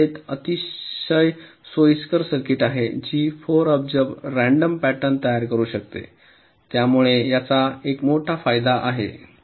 आमच्याकडे एक अतिशय सोयीस्कर सर्किट आहे जी 4 अब्ज रँडम पॅटर्न तयार करू शकते त्यामुळे याचा एक मोठा फायदा आहे